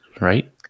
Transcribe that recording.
right